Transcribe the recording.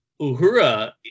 Uhura